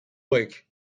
week